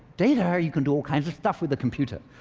data you can do all kinds of stuff with a computer.